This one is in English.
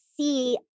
see